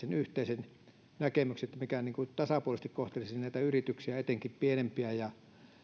löytäisivät yhteisen näkemyksen siitä mikä tasapuolisesti kohtelisi meillä näitä yrityksiä etenkin pienempiä ja